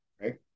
right